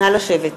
המדינה.) נא לשבת.